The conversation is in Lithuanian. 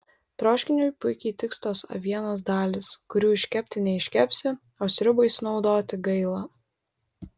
troškiniui puikiai tiks tos avienos dalys kurių iškepti neiškepsi o sriubai sunaudoti gaila